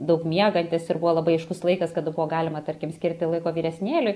daug miegantis ir buvo labai aiškus laikas kada buvo galima tarkim skirti laiko vyresnėliui